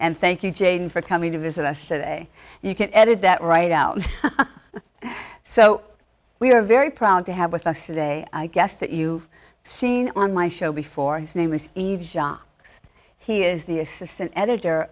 and thank you jane for coming to visit us today you can edit that right out so we are very proud to have with us today i guess that you seen on my show before his name is age he is the assistant editor